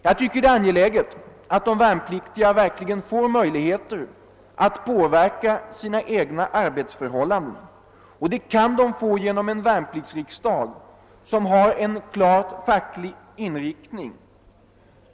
Jag finner det angeläget att de värnpliktiga verkligen får möjligheter att påverka sina egna arbetsförhållanden, och det kan de få genom en värnpliktsriksdag som har en klart facklig inriktning.